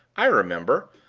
i remember.